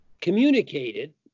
communicated